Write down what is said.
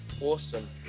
awesome